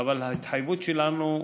אבל ההתחייבות שלנו,